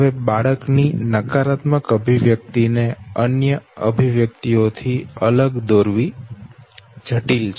હવે બાળક ની નકારાત્મક અભિવ્યક્તિ ને અન્ય અભિવ્યક્તિઓ થી અલગ દોરવી જટીલ છે